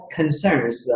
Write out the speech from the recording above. concerns